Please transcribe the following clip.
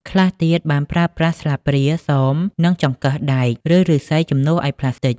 ខ្លះទៀតបានប្រើប្រាស់ស្លាបព្រា សម និង ចង្កឹះដែក ឬ ឫស្សីជំនួសឱ្យប្លាស្ទិក។